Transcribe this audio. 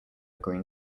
green